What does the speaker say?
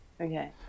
okay